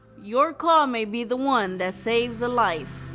your call may be the one that saves a life.